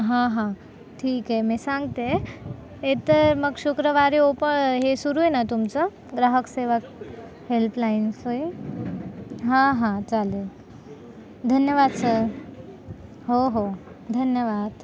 हां हां ठीक आहे मी सांगते एक तर मग शुक्रवारी ओपळ हे सुरूय ना तुमचं ग्राहक सेवा हेल्पलाईन्स हां हां चालेल धन्यवाद सर हो हो धन्यवाद